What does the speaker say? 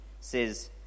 says